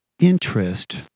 interest